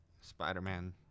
Spider-Man